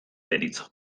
deritzo